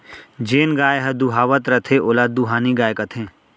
जेन गाय ह दुहावत रथे ओला दुहानी गाय कथें